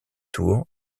tour